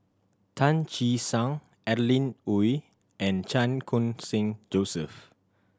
Tan Che Sang Adeline Ooi and Chan Khun Sing Joseph